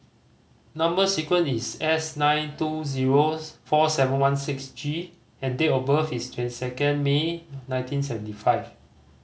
number sequence is S nine two zero four seven one six G and date of birth is twenty second May nineteen seventy five